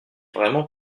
vraiment